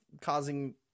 causing